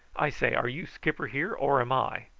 i say, are you skipper here, or am i?